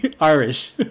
Irish